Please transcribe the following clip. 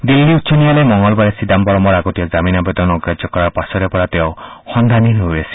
দিল্লী উচ্চ ন্যায়ালয়ে মঙলবাৰে চিদাম্বৰমৰ আগতীয়া জমিন আৱেদন অগ্ৰাহ্য কৰাৰ পাছৰে পৰা তেওঁ সদ্ধানহীন হৈ আছিল